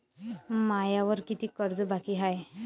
मायावर कितीक कर्ज बाकी हाय?